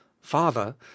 father